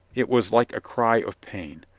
it was like a cry of pain.